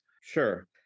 Sure